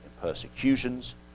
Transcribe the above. persecutions